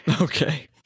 Okay